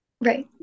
Right